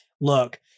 look